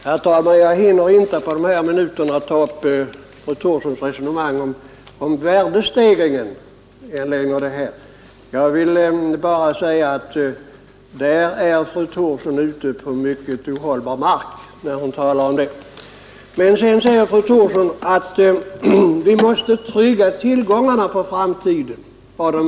Herr talman! Jag hinner inte på de här minuterna ta upp fru Thorssons resonemang om värdestegringen. Jag vill bara säga att där är fru Thorsson ute på mycket osäker mark. Fru Thorsson sade att vi måste trygga tillgångarna för framtiden.